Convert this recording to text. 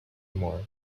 more